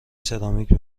سرامیک